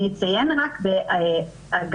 אני אציין רק באגב,